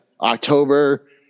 October